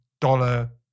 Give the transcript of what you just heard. dollar